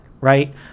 right